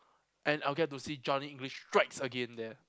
and I would get to see Johnny English Strikes Again there